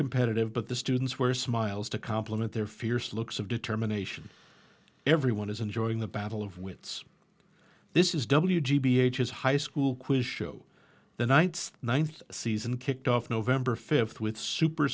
competitive but the students wear smiles to complement their fierce looks of determination everyone is enjoying the battle of wits this is w g b h his high school quiz show the night's ninth season kicked off november fifth with super